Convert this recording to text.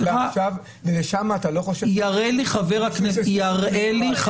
סליחה, יראה לי חבר הכנסת